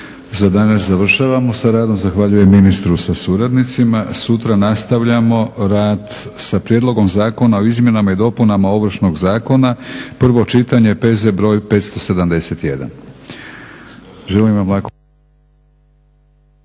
Za danas završavamo sa radom, zahvaljujem ministru sa suradnicima. Sutra nastavljamo rad sa Prijedlogom zakona o izmjenama i dopunama Ovršnog zakona, prvo čitanje, P.Z. br. 571.